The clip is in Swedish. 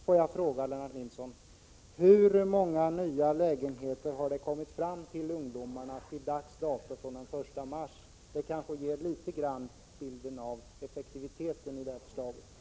Får jag fråga Lennart Nilsson: Hur många nya lägenheter har ungdomarna fått från den 1 mars och fram tilli dag? Svaret på den frågan kan kanske i någon mån ge en bild av effektiviteten i regeringens förslag.